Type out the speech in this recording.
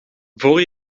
voor